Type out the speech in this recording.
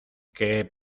que